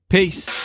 Peace